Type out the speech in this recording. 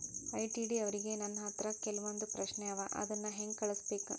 ITD ಅವ್ರಿಗೆ ನನ್ ಹತ್ರ ಕೆಲ್ವೊಂದ್ ಪ್ರಶ್ನೆ ಅವ ಅದನ್ನ ಹೆಂಗ್ ಕಳ್ಸ್ಬೇಕ್?